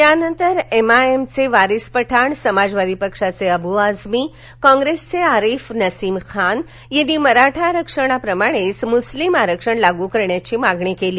त्यानंतर एमआयएमचे वारीस पठाण समाजवादी पक्षाचे अबू आझमी काँग्रेसचे अरिफ नसीम खान यांनी मराठा आरक्षणाप्रमाणे मुस्लीम आरक्षण लागू करण्याची मागणी केली